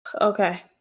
Okay